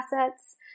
assets